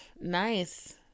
nice